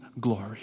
glory